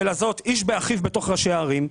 לעשות איש באחיו בתוך ראשי הערים.